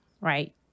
Right